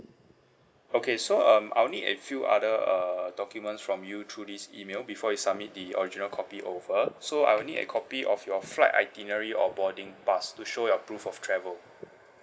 okay so um I will need a few other err documents from you through this email before you submit the original copy over so I will need a copy of your flight itinerary or boarding pass to show your proof of travel